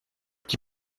qui